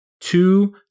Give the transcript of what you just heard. two